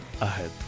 ahead